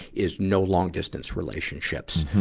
is no long-distance relationships.